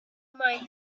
mine